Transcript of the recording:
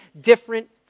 different